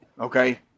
okay